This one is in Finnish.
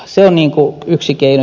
se on yksi keino